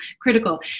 critical